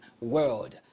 world